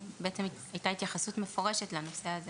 הייתה התייחסות מפורשת לנושא הזה